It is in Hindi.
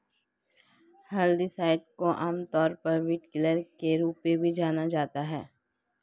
हर्बिसाइड्स को आमतौर पर वीडकिलर के रूप में भी जाना जाता है